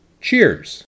Cheers